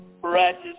Precious